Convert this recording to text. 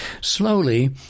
slowly